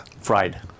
Fried